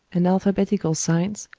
and alphabetical signs,